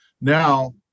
now